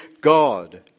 God